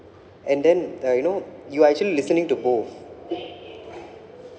and then uh you know you are actually listening to both